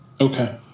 Okay